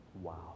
Wow